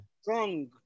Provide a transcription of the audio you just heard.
Strong